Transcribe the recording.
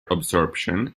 absorption